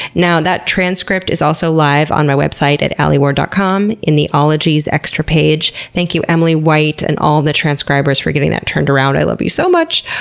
now, that transcript is also live on my website at alieward dot com in the ologies extra page. thank you, emily white and all of the transcribers, for getting that turned around i love you so much!